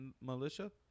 militia